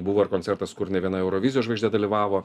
buvo ir koncertas kur ne viena eurovizijos žvaigždė dalyvavo